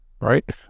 right